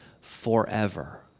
forever